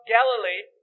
Galilee